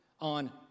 on